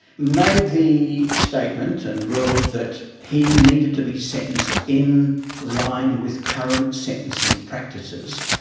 made the statement and ruled that he needed to be sentenced in line with current sentencing practices,